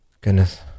Goodness